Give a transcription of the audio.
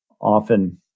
often